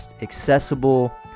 accessible